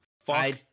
fuck